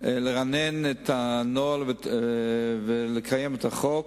כדי לרענן את הנוהל ולקיים את החוק.